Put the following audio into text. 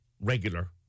regular